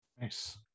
Nice